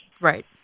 Right